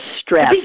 stress